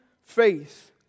faith